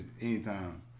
anytime